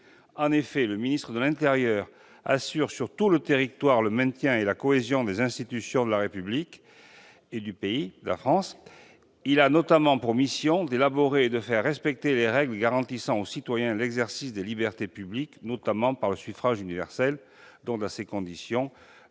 En effet, le ministère de l'intérieur assure sur tout le territoire le maintien et la cohésion des institutions du pays. Il a notamment pour mission d'élaborer et de faire respecter les règles garantissant aux citoyens l'exercice des libertés publiques, notamment par le suffrage universel. Dans ces conditions, le